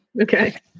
Okay